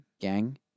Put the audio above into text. gang